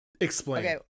Explain